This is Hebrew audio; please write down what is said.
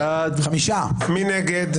מי נגד?